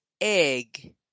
egg